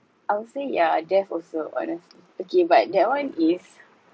I'll say yeah death also honestly okay but that one is